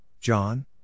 John